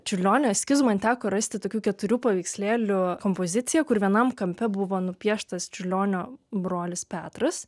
čiurlionio eskizų man teko rasti tokių keturių paveikslėlių kompoziciją kur vienam kampe buvo nupieštas čiurlionio brolis petras